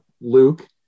Luke